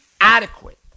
adequate